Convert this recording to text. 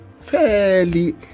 fairly